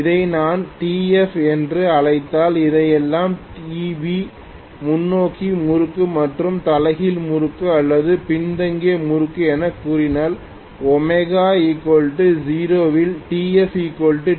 இதை நான் Tf என்று அழைத்தால் இதை எல்லாம் Tb முன்னோக்கி முறுக்கு மற்றும் தலைகீழ் முறுக்கு அல்லது பின்தங்கிய முறுக்கு எனக் கூறினால் ω 0 இல் Tf Tb